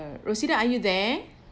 rositaare you there